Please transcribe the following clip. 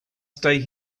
stay